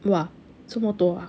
!wah! 这么多